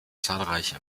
zahlreiche